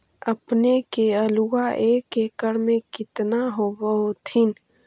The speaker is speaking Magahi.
अपने के आलुआ एक एकड़ मे कितना होब होत्थिन?